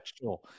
sure